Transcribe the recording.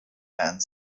and